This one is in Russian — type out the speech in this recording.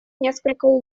несколько